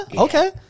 Okay